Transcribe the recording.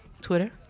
Twitter